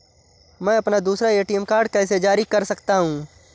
मैं अपना दूसरा ए.टी.एम कार्ड कैसे जारी कर सकता हूँ?